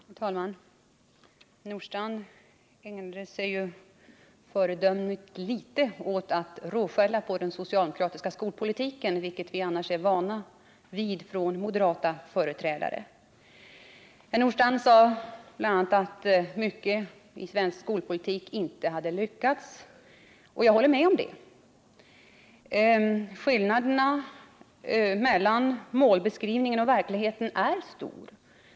Herr talman! Herr Nordstrandh ägnade sig föredömligt litet åt att råskälla på den socialdemokratiska skolpolitiken, vilket vi är vana vid att moderata företrädare gör. Herr Nordstrandh sade bl.a. att man inte hade lyckats i svensk skolpolitik, och det håller jag med om. Skillnaderna mellan målbeskrivningen och verkligheten är stor.